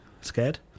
Scared